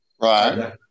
right